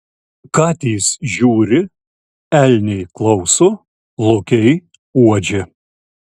katės žiūri elniai klauso lokiai uodžia